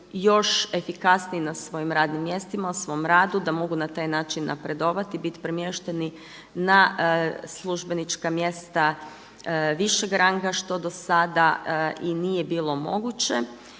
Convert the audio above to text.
još efikasniji na svojim radnim mjestima, u svom radu, da mogu na taj način napredovati, bit premješteni na službenička mjesta višeg ranga što do sada nije bilo moguće.